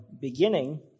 beginning